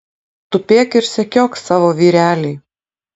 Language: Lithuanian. tupėk ir sekiok savo vyrelį